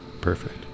Perfect